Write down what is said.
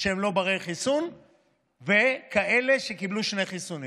שהם לא בני חיסון ועל כאלה שקיבלו שני חיסונים,